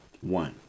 One